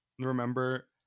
remember